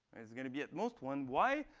it's going to be at most one. why?